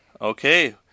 Okay